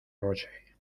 rocher